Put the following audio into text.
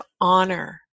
honor